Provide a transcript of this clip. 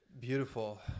Beautiful